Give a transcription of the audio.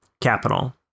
capital